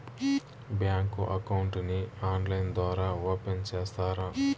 Bank account ని online ద్వారా open సేస్తారా?